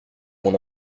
mon